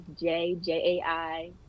J-J-A-I